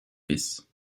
vis